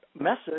message